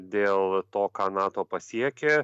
dėl to ką nato pasiekė